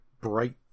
bright